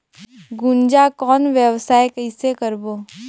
गुनजा कौन व्यवसाय कइसे करबो?